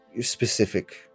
specific